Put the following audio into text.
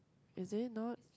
is it not